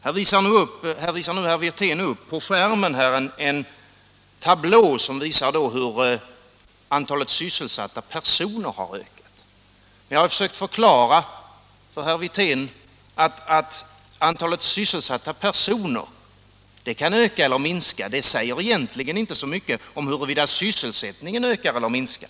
Herr Wirtén visade på intern-TV-skärmen en tablå över hur antalet sysselsatta personer har ökat. Jag har försökt förklara för herr Wirtén att antalet sysselsatta personer kan öka eller minska — det säger inte så mycket om huruvida sysselsättningen ökar eller minskar.